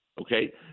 okay